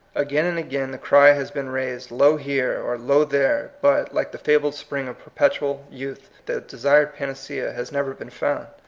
again and again the cry has been raised, lo here, or lo there but, like the fabled spring of perpetual youth, the desired panacea has never been found.